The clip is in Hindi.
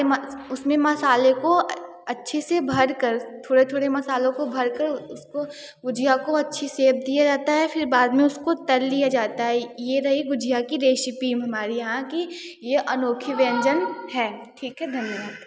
उसमें मसाले को अच्छे से भरकर थोड़ थोड़े मसालों को भरकर उसको गुजिया को अच्छी सेप दिया जाता है फिर बाद में उसको तल लिया जाता है ये रही गुजिया की रेशिपी हमारे यहाँ की ये अनोखी व्यंजन है ठीक है धन्यवाद